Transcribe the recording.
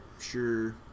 sure